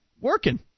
working